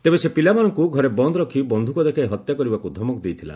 ତେବେ ସେ ପିଲାମାନଙ୍କୁ ଘରେ ବନ୍ଦ ରଖି ବନ୍ଧୁକ ଦେଖାଇ ହତ୍ୟା କରିବାକୁ ଧମକ ଦେଇଥିଲା